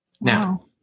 Now